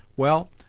well,